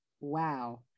Wow